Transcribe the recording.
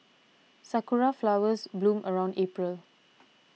sakura flowers bloom around April